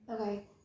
Okay